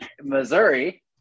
Missouri